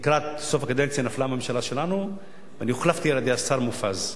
לקראת סוף הקדנציה נפלה הממשלה שלנו ואני הוחלפתי על-ידי השר מופז.